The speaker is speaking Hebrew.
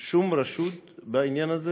שום רשות בעניין הזה,